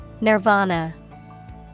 Nirvana